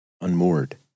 unmoored